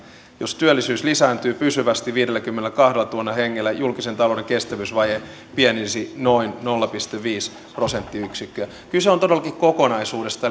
jos työllisyys lisääntyy pysyvästi viidelläkymmenelläkahdellatuhannella hengellä julkisen talouden kestävyysvaje pienenisi noin nolla pilkku viisi prosenttiyksikköä kyse on todellakin kokonaisuudesta